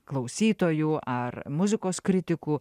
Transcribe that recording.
klausytojų ar muzikos kritikų